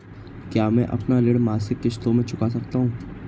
क्या मैं अपना ऋण मासिक किश्तों में चुका सकता हूँ?